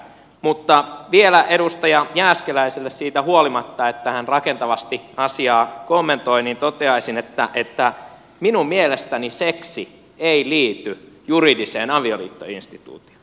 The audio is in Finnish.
mutta vielä edustaja jääskeläiselle siitä huolimatta että hän rakentavasti asiaa kommentoi toteaisin että minun mielestäni seksi ei liity juridiseen avioliittoinstituutioon